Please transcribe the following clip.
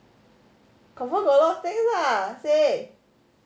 confirm got a lot of things lah say